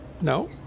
No